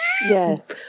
yes